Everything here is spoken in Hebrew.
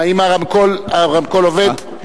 האם הרמקול עובד?